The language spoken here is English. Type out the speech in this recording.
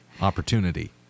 opportunity